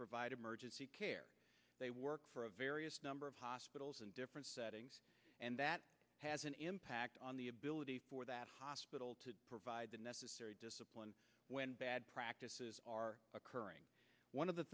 provide emergency care they work for a various number of hospitals in different settings and that has an impact on the ability for that hospital to provide the necessary discipline when bad practices are occurring one of the